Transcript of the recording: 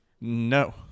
No